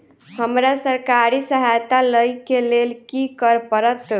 हमरा सरकारी सहायता लई केँ लेल की करऽ पड़त?